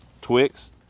Twix